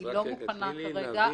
היא לא מוכנה כרגע,